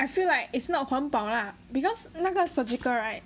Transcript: I feel like it's not 环保 lah because 那个 surgical right